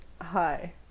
hi